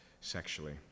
sexually